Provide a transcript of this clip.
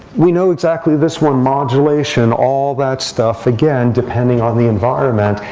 we know exactly this one, modulation, all that stuff, again depending on the environment.